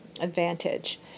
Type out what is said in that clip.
advantage